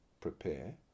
prepare